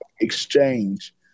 Exchange